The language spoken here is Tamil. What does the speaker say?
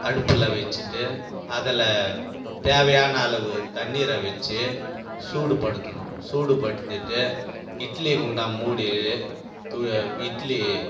அடுப்பில் வச்சுட்டு அதில் தேவையான அளவு தண்ணீரை வச்சு சூடுபடுத்தணும் சூடுபடுத்திகிட்டு இட்லி குண்டான் மூடி தூ இட்லி